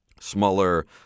smaller